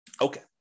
Okay